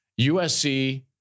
USC